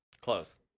Close